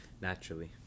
Naturally